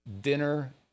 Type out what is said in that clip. dinner